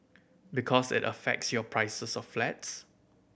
because it affects your prices of flats